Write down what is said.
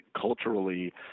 culturally